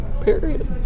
Period